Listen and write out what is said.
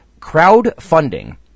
Crowdfunding